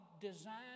designed